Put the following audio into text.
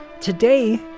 Today